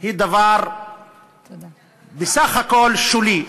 היא דבר בסך הכול שולי.